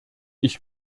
ich